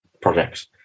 projects